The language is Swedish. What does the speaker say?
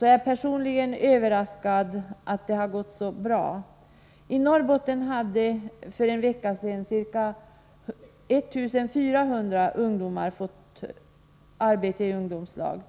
är jag personligen överraskad över att det har gått så bra. I Norrbotten hade för en vecka sedan ca 1400 ungdomar fått arbete i ungdomslag.